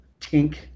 Tink